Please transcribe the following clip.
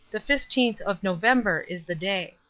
the fifteenth of november is the day.